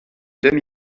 demi